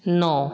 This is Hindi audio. नौ